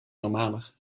normaler